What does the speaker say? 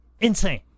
Insane